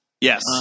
Yes